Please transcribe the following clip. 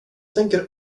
tänker